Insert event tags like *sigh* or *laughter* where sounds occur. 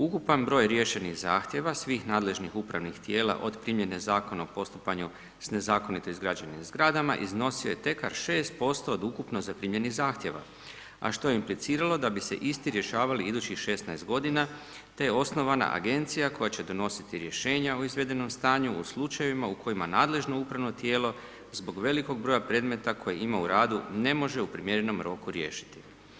Ukupan broj riješenih zahtjeva svih nadležnih upravnih tijela od primjene Zakona o postupanju sa nezakonito izgrađenim zgradama iznosio se ... *unintelligible* 6% od ukupno zaprimljenih zahtjeva a što je implicirano da bi se isti rješavali idućih 16 godina te je osnovana agencija koja će donositi rješenja o izvedenom stanju u slučajevima u kojima nadležno upravno tijelo zbog velikog broja predmeta koje ima u radu ne može u primjerenom roku riješiti.